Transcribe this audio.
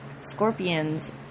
Scorpions